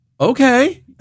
okay